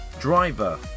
driver